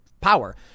power